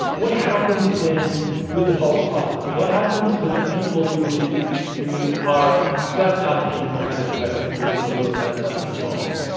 what happens when with the false positives? what happens with the people who you are swept up in this kind of aggressive policing who have done nothing wrong?